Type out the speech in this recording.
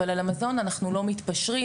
אבל על המזון אנחנו לא מתפשרים.